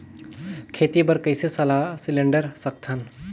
खेती बर कइसे सलाह सिलेंडर सकथन?